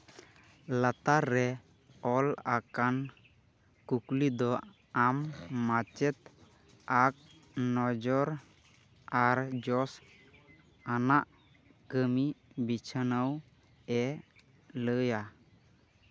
ᱞᱟᱛᱟᱨ ᱨᱮ ᱚᱞ ᱟᱠᱟᱱ ᱠᱩᱠᱞᱤ ᱫᱚ ᱟᱢ ᱢᱟᱪᱮᱫ ᱟᱜ ᱱᱚᱡᱚᱨ ᱟᱨ ᱡᱚᱥ ᱟᱱᱟᱜ ᱠᱟᱹᱢᱤ ᱵᱤᱪᱷᱱᱟᱹᱣ ᱮ ᱞᱟᱹᱭᱟ